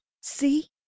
See